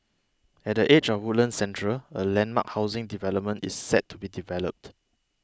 at the edge of Woodlands Central a landmark housing development is set to be developed